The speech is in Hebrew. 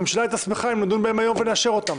הממשלה היתה שמחה אם נדון בהן היום ונאשר אותן.